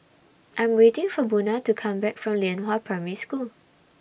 I Am waiting For Buna to Come Back from Lianhua Primary School